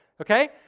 okay